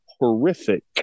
horrific